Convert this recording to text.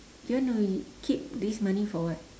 do you wanna keep this money for what